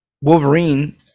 Wolverine